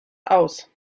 aus